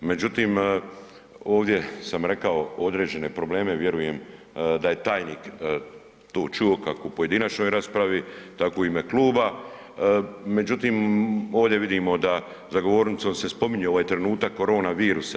Međutim, ovdje sam rekao određene probleme, vjerujem da je tajnik to čuo kako u pojedinačnoj raspravi tako u ime kluba, međutim ovdje vidimo da se za govornicom spominje ovaj trenutak korona virusa.